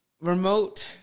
remote